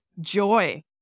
joy